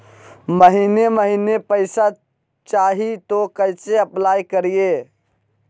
महीने महीने पैसा चाही, तो कैसे अप्लाई करिए?